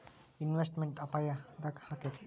Investment ಅಪಾಯಾ ಯದಕ ಅಕ್ಕೇತಿ?